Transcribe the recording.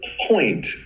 point